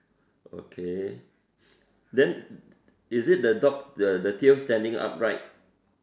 okay then is it the dog the the tail standing upright